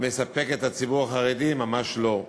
מספק את הציבור החרדי, ממש לא,